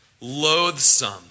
loathsome